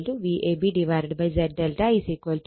2 angle 36